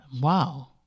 Wow